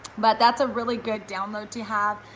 but that's a really good download to have,